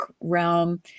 realm